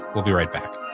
we'll be right back.